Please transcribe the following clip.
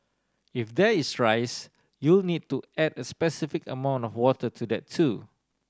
if there is rice you'll need to add a specified amount of water to that too